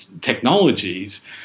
technologies